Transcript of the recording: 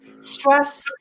stress